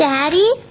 Daddy